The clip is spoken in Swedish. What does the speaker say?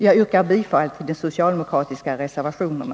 Jag yrkar bifall till de socialdemokratiska reservationerna.